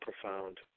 profound